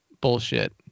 bullshit